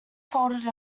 folded